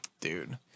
dude